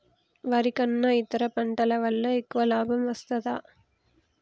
వరి కన్నా ఇతర పంటల వల్ల ఎక్కువ లాభం వస్తదా?